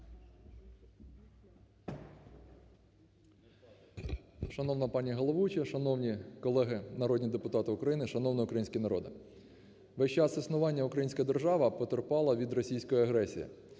Шановна пані головуюча, шановні колеги народні депутати України, шановний український народе! Весь час існування українська держава потерпала від російської агресії.